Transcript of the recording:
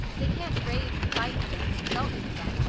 they can't rave and fight here, and insult me again,